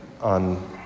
on